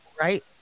Right